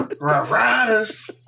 Riders